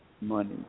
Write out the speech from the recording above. money